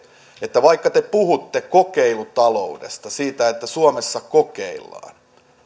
että vaikka te puhutte kokeilutaloudesta siitä että suomessa kokeillaan ja